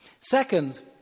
Second